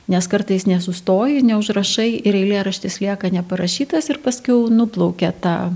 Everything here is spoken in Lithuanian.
nes kartais nesustoji neužrašai ir eilėraštis lieka neparašytas ir paskiau nuplaukia ta